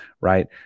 right